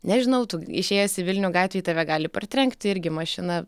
nežinau tu išėjęs į vilnių gatvėj tave gali partrenkti irgi mašina